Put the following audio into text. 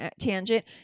tangent